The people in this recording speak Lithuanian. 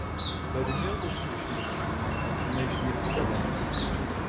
dar į miltus prišnypš amžinai šnirpščiodamas